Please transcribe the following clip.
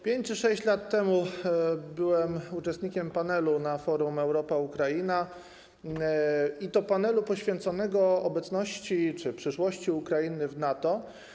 5 czy 6 lat temu byłem uczestnikiem panelu na forum Europa - Ukraina poświęconego obecności czy przyszłości Ukrainy w NATO.